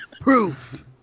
Proof